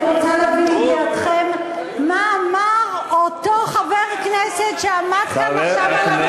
אני רוצה להביא לידיעתכם מה אמר אותו חבר כנסת שעמד כאן עכשיו על הדוכן.